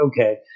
okay